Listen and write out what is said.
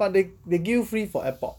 but they they give you free for AirPod